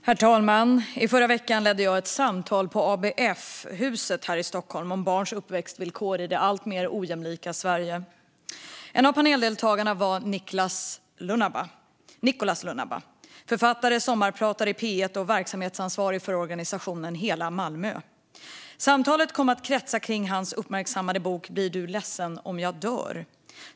Herr talman! I förra veckan ledde jag ett samtal på ABF-huset här i Stockholm om barns uppväxtvillkor i det alltmer ojämlika Sverige. En av paneldeltagarna var Nicolas Lunabba, författare, sommarpratare i P1 och verksamhetsansvarig för organisationen Hela Malmö. Samtalet kom att kretsa kring hans uppmärksammade bok Blir du ledsen om jag dör?